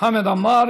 חמד עמאר.